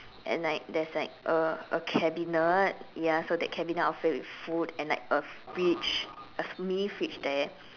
and like there's like a a cabinet ya so that cabinet I will fill with food and like a fridge a mini fridge there